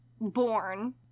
born